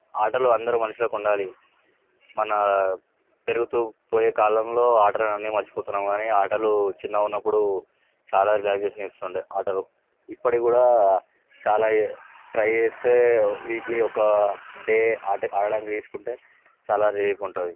ఆటలు అందరు మనుషులకు ఉండాలి మన పెరుగుతు పోయే కాలంలో ఆటలు అన్నీ మరిచిపోతున్నాం కానీ ఆటలు చిన్నగా ఉన్నపుడు చాలా రిలాక్సేషన్ ఇస్తుండే ఆటలు ఇప్పటికి కూడా చాలా ట్రై చేస్తే వీక్లీ ఒక డే ఆట ఆడడానికి తీసుకుంటే చాల రిలీఫ్ ఉంటుంది